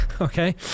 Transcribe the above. Okay